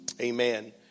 Amen